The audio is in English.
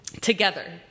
together